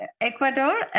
Ecuador